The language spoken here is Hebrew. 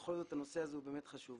בכל זאת הנושא הזה הוא באמת חשוב.